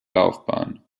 laufbahn